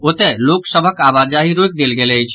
ओतहि लोक सभक आवाजाही रोकि देल गेल अछि